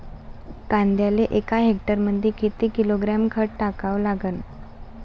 कांद्याले एका हेक्टरमंदी किती किलोग्रॅम खत टाकावं लागन?